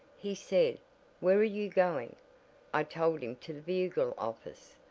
he said where are you going i told him to the bugle office.